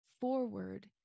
forward